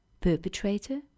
perpetrator